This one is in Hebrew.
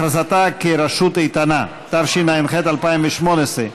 התשע"ח 2018,